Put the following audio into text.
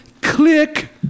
Click